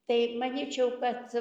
tai manyčiau kad